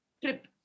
trip